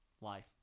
life